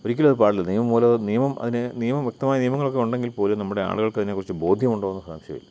ഒരിക്കലും അതു പാടില്ല നിയമം മൂലമത് നിയമം അതിന് നിയമം വ്യക്തമായ നിയമങ്ങളൊക്കെ ഉണ്ടെങ്കിൽപ്പോലും നമ്മുടെ ആളുകൾക്കതിനെക്കുറിച്ച് ബോധ്യമുണ്ടോയെന്ന് സംശയമാണ്